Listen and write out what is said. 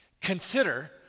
consider